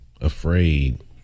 afraid